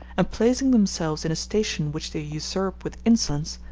and placing themselves in a station which they usurp with insolence,